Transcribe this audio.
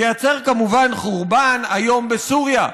תייצר כמובן חורבן איום בסוריה,